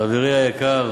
חברי היקר